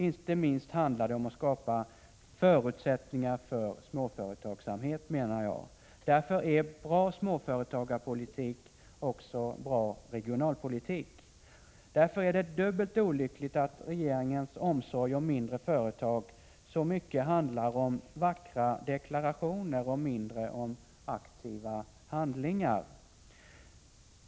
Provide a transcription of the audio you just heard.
Inte minst handlar det om att skapa förutsättningar för småföretagsamheten, menar jag. Därför är bra småföretagarpolitik också bra regionalpolitik. Därför är det dubbelt olyckligt att regeringens omsorg om mindre företag så mycket handlar om vackra deklarationer och mindre om aktiva handlingar.